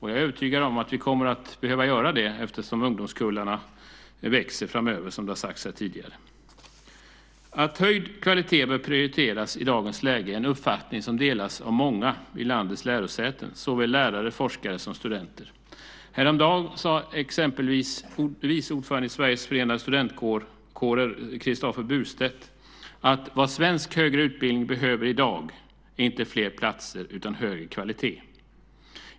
Jag är övertygad om att vi kommer att behöva göra det, eftersom ungdomskullarna växer framöver, som har sagts här tidigare. Att höjd kvalitet bör prioriteras i dagens läge är en uppfattning som delas av många vid landets lärosäten, såväl lärare och forskare som studenter. Häromdagen sade exempelvis vice ordföranden i Sveriges förenade studentkårer, Kristoffer Burstedt, att vad svensk högre utbildning behöver i dag är inte fler platser utan högre kvalitet.